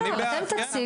לא, לא, אתם תציגו.